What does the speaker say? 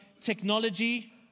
technology